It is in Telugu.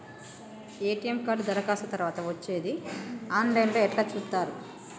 ఎ.టి.ఎమ్ కార్డు దరఖాస్తు తరువాత వచ్చేది ఆన్ లైన్ లో ఎట్ల చూత్తరు?